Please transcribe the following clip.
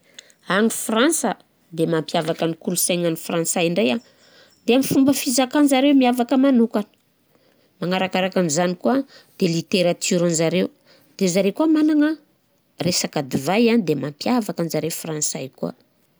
Agny Fransa, de mampiavaka ny kolonsaignan'ny Fransay ndray an de fomba fizakanjare miavaka manokana; manarakaraka an'zany koà, de literatioranjareo, de zareo koà managna resaka divay an, de mampiavaka anjare Fransay koà.